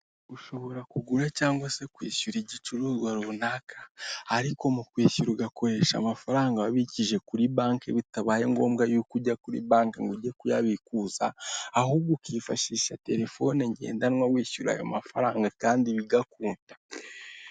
Ushobora kugura cyangwa se kwishyura igicuruzwa runaka ariko mu kwishyura ugakoresha amafaranga wabikije kuri banki bitabaye ngombwa y'uko ujya kuri banki ngo ujye kuyabikuza ahubwo ukifashisha terefone ngendanwa wishyura ayo mafaranga kandi bigakunda.